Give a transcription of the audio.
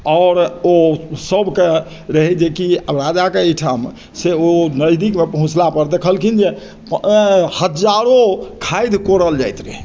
आओर ओ सबके रहै जेकि राजा के एहिठाम से ओ नजदीक मे पहुँचला पर देखलखिन जे हजारो खादि कोरल जाइत रहै